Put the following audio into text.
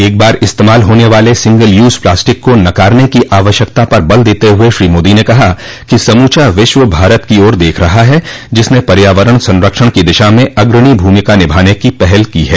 एक बार इस्तेमाल होने वाले सिंगल यूज प्लास्टिक को नकारने की आवश्यकता पर जोर देते हुए श्री मोदी ने कहा कि समूचा विश्व भारत की ओर देख रहा है जिसने पर्यावरण संरक्षण की दिशा में अग्रणी भूमिका निभाने की पहल की है